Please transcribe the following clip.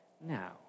now